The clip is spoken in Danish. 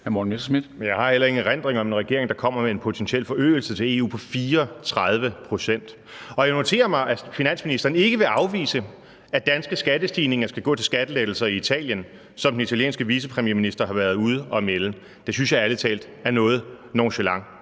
jeg har heller ingen erindring om en regering, der er kommet med en potentiel forøgelse til EU på 34 pct. Og jeg noterer mig, at finansministeren ikke vil afvise, at danske skattestigninger skal gå til skattelettelser i Italien, som den italienske vicepremierminister har været ude at melde. Det synes jeg ærlig talt er noget nonchalant,